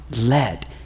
let